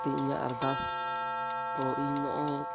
ᱠᱟᱹᱴᱤᱡ ᱤᱧᱟᱹᱜ ᱟᱨᱫᱟᱥ ᱛᱳ ᱤᱧ ᱱᱚᱜᱼᱚᱭ